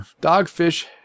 Dogfish